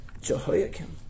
Jehoiakim